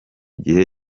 gihe